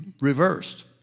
reversed